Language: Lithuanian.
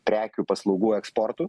prekių paslaugų eksportu